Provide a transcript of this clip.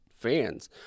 fans